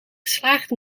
geslaagd